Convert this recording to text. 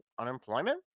unemployment